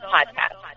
Podcast